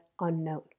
unknown